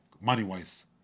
money-wise